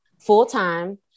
full-time